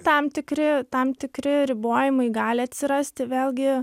tam tikri tam tikri ribojimai gali atsirasti vėlgi